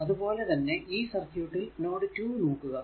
അതുപോലെ തന്നെ ഈ സർക്യൂട്ടിൽ നോഡ് 2 നോക്കുക